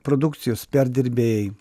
produkcijos perdirbėjai